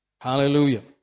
Hallelujah